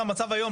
זה המצב היום.